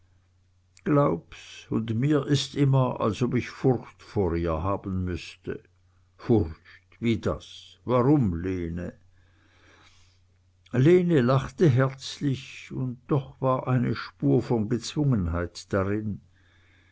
glaub's und mir ist immer als ob ich furcht vor ihr haben müßte furcht wie das warum lene lene lachte herzlich und doch war eine spur von gezwungenheit darin